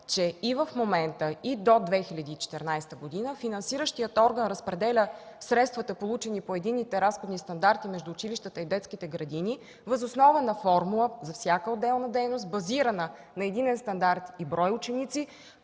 че и в момента, и до 2014 г. финансиращият орган разпределя средствата, получени по единните разходни стандарти между училищата и детските градини въз основа на формула за всяка отделна дейност, базирана на единен стандарт и брой ученици